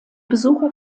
besucher